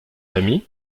amie